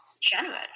generous